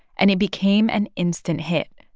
and it became an instant hit.